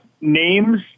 names